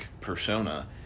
persona